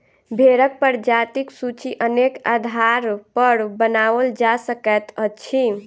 भेंड़क प्रजातिक सूची अनेक आधारपर बनाओल जा सकैत अछि